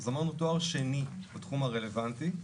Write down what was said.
אז אמרנו תואר שני בתחום הרלוונטי,